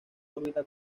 órbita